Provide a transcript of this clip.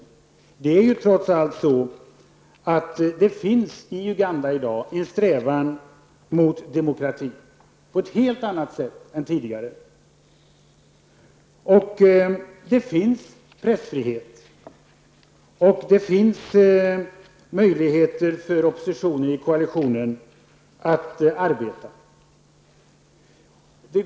I Uganda finns det i dag trots allt en helt annan strävan att uppnå demokrati än som tidigare var fallet. Det finns pressfrihet. Vidare finns det möjligheter för oppositionen i koalitionen att arbeta.